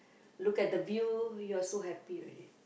look at the view you are so happy already